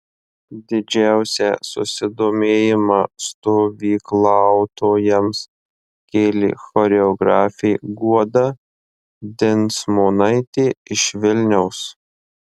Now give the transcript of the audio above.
didžiausią susidomėjimą stovyklautojams kėlė choreografė guoda dinsmonaitė iš vilniaus